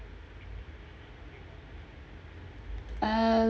um